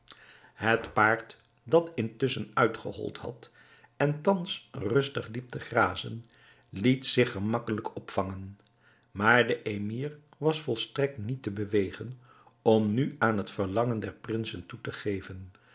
het paard dat intusschen uitgehold had en thans rustig liep te grazen liet zich gemakkelijk opvangen maar de emir was volstrekt niet te bewegen om nu aan het verlangen der prinsen toe te geven